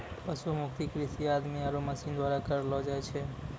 पशु मुक्त कृषि आदमी आरो मशीन द्वारा करलो जाय छै